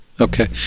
Okay